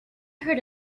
heard